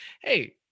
Hey